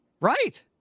Right